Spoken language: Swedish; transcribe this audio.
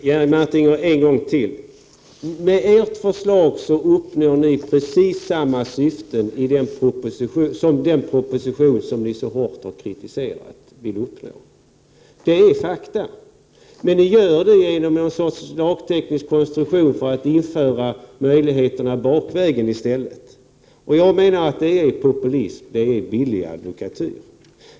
Herr talman! En gång till, Jerry Martinger: Med ert förslag uppnår ni precis samma syften som den proposition som ni så hårt kritiserat vill uppnå. Sådana är fakta! Ni gör detta genom någon sorts lagteknisk konstruktion så att möjligheterna införs bakvägen i stället. Jag menar att det är populism, det är billig advokatyr.